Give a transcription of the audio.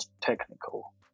technical